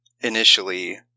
initially